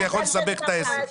זה יכול לסבך את העסק.